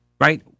right